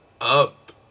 Up